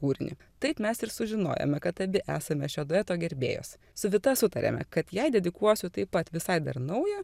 kūrinį taip mes ir sužinojome kad abi esame šio dueto gerbėjos su vita sutarėme kad jai dedikuosiu taip pat visai dar naują